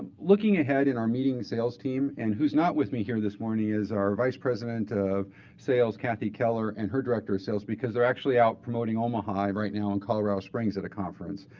looking ahead in our meeting sales team and who's not with me here this morning is our vice president of sales, cathy keller, and her director of sales, because they're actually out promoting omaha right now in colorado springs at a conference.